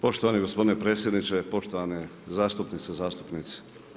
Poštovani gospodine predsjedniče, poštovane zastupnice, zastupnici.